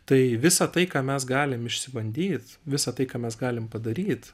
tai visa tai ką mes galim išsibandyt visa tai ką mes galim padaryt